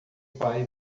pai